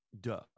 duh